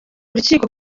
urukiko